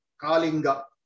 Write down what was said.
kalinga